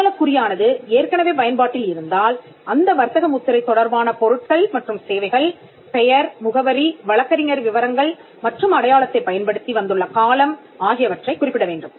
அடையாளக் குறியானது ஏற்கனவே பயன்பாட்டில் இருந்தால் அந்த வர்த்தக முத்திரை தொடர்பான பொருட்கள் மற்றும் சேவைகள் பெயர்முகவரி வழக்கறிஞர் விவரங்கள் மற்றும் அடையாளத்தைப் பயன்படுத்தி வந்துள்ள காலம் ஆகியவற்றைக் குறிப்பிட வேண்டும்